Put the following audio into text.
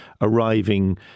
arriving